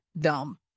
dumb